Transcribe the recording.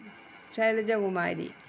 Shailaja Kumari